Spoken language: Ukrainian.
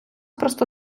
просто